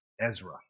Ezra